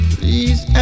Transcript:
Please